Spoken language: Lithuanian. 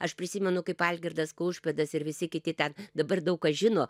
aš prisimenu kaip algirdas kaušpėdas ir visi kiti ten dabar daug kas žino